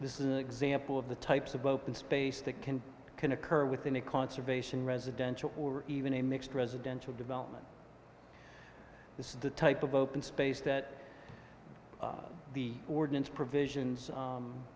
this is an example of the types of open space that can can occur within a conservation residential or even a mixed residential development this is the type of open space that the ordinance provisions